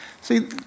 See